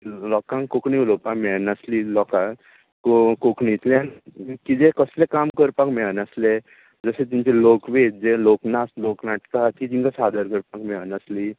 लोकांक कोंकणी उलोवपाक मेळनासली लोकांक वो कोंकणीतल्यान किते कसले काम करपाक मेळनासले जशे तुमचे लोकवेद जे लोकनाच लोकनाटकां जी तांकां सादर करपाक मेळनासली